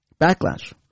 backlash